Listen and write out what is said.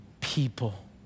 people